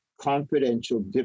confidential